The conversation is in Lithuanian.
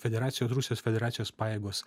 federacijos rusijos federacijos pajėgos